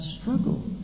struggle